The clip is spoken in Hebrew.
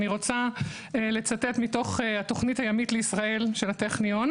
אני רוצה לצטט מתוך התוכנית הימית לישראל של הטכניון: